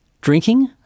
drinking